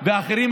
והאחרים,